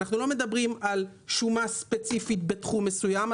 אנחנו לא מדברים על שומה ספציפית בתחום מסוים.